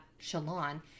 Shalon